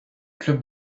club